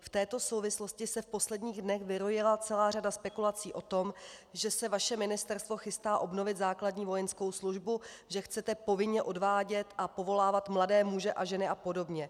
V této souvislosti se v posledních dnech vyrojila celá řada spekulací o tom, že se vaše ministerstvo chystá obnovit základní vojenskou službu, že chcete povinně odvádět a povolávat mladé muže a ženy a podobně.